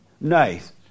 Nice